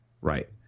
Right